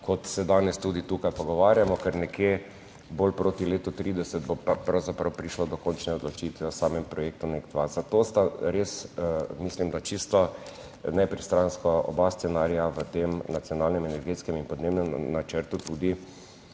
kot se danes tudi tukaj pogovarjamo, ker nekje bolj proti letu 2030 bo pa pravzaprav prišlo do končne odločitve o samem projektu NEK2, zato sta res, mislim da čisto nepristransko oba scenarija v tem Nacionalnem energetskem in podnebnem načrtu tudi